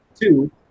Two